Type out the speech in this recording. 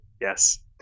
yes